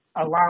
allow